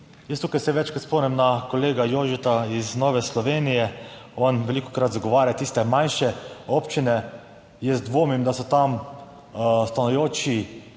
Jaz tukaj se večkrat spomnim na kolega Jožeta iz Nove Slovenije, on velikokrat zagovarja tiste manjše občine. Jaz dvomim, da so tam stanujoči